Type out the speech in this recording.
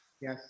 Yes